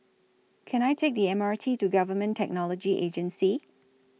Can I Take The M R T to Government Technology Agency